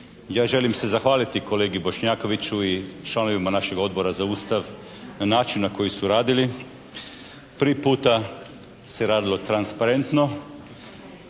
Ja želim se zahvaliti kolegi Bošnjakoviću i članovima našeg Odbora za Ustav na način na koji su radili. Prvi puta se radilo transparentno.